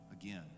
again